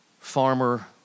farmer